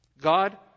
God